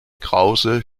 krause